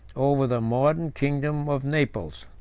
over the modern kingdom of naples.